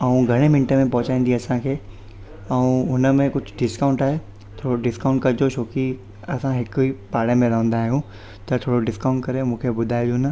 ऐं घणे मिंट में पहुचाईंदी असांखे ऐं हुनमें कुझु डिस्काउंट आहे थोरो डिस्काउंट करिजो छोकी असां हिकु ई पाड़े में रहंदा आहियूं त थोरो डिस्काउंट करे मूंखे ॿुधाइजो न